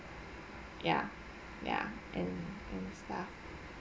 ya ya and and stuff